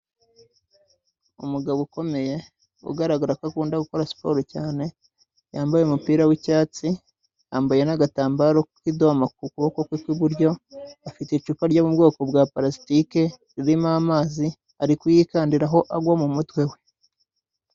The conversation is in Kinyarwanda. Umugabo ukomeye ugaragara ko akunda gukora siporo cyane, yambaye umupira w'icyatsi, yambaye n'agatambaro k'idoma ku kuboko kwe kw'iburyo, afite icupa ryo mu bwoko bwa palasitike ririmo amazi, ari kuyikandiraho agwa mu mutwe we.